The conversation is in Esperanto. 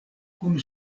kun